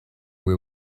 were